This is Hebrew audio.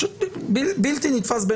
בעיניי בלתי נתפס.